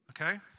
okay